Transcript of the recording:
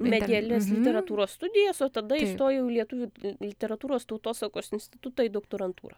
medialias literatūros studijas o tada įstojau į lietuvių literatūros tautosakos institutą į doktorantūrą